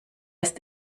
ist